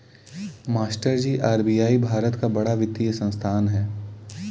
मास्टरजी आर.बी.आई भारत का बड़ा वित्तीय संस्थान है